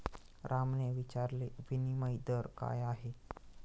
रामने विचारले, विनिमय दर काय आहे?